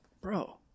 bro